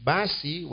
Basi